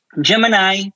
Gemini